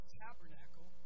tabernacle